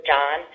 John